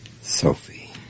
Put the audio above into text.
Sophie